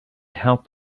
help